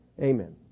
Amen